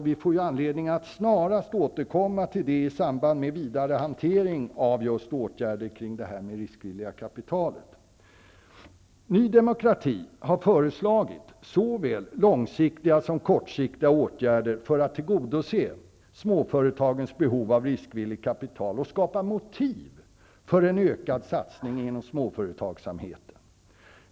Vi får anledning att snarast återkomma till detta i samband med vidare hantering av åtgärder kring frågan om riskvilligt kapital. Ny demokrati har föreslagit såväl långsiktiga som kortsiktiga åtgärder för att tillgodose småföretagens behov av riskvilligt kapital och skapa motiv för en ökad satsning inom småföretagsamheten.